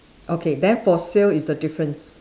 okay then for sale is the difference